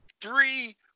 Three